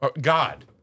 God